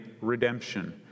redemption